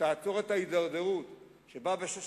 שתעצור את ההידרדרות של 16